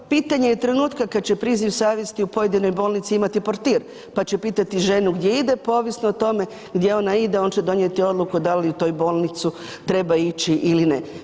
Pitanje je trenutka kad će priziv savjesti u pojedinim bolnici imati portir, pa će pitati ženu gdje ide, pa ovisno o tome, gdje ona ide, on će donijeti odluku da li u toj bolnicu treba ići ili ne.